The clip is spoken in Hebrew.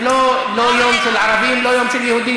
זה לא יום של ערבים ולא יום של יהודים.